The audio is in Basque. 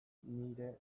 nire